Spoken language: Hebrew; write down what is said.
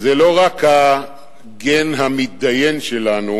זה לא רק הגן המתדיין שלנו